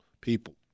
people